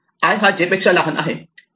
I हा J पेक्षा लहान आहे